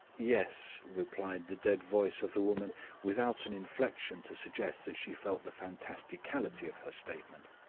yes, replied the dead voice of the woman without an inflection to suggest that she felt the fantasticality of her statement.